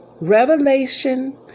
revelation